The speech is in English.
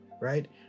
right